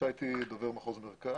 נמצא אתי דובר מחוז מרכז,